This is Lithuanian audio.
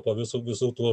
po visų visų tų